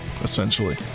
essentially